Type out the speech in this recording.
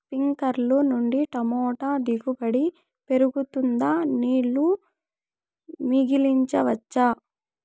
స్ప్రింక్లర్లు నుండి టమోటా దిగుబడి పెరుగుతుందా? నీళ్లు మిగిలించవచ్చా?